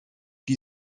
qui